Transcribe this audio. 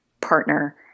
Partner